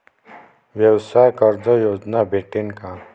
व्यवसाय कर्ज योजना भेटेन का?